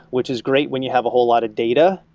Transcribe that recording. which is great when you have a whole lot of data.